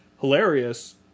hilarious